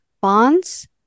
bonds